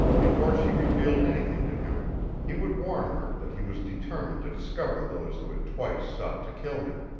before she revealed anything to him he would warn her that he was determined to discover those who had twice sought to kill him.